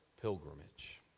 pilgrimage